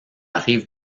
rive